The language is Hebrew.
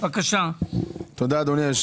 עבדתי שם, אתה יודע.